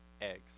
eggs